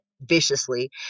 viciously